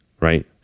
right